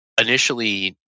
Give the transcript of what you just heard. initially